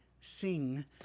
sing